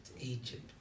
Egypt